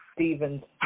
Stevens